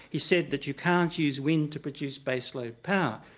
you said that you can't use wind to produce base load power.